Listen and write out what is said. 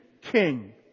King